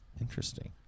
interesting